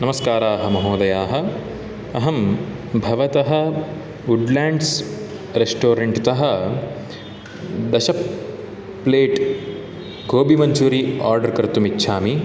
नमस्काराः महोदयाः अहं भवतः वुड् लेण्ड्स् रेस्टोरेण्ट् तः दश प्लेट् गोबिमञ्चूरि आर्डर् कर्तुम् इच्छामि